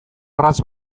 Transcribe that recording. orratz